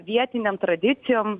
vietinėm tradicijom